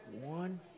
One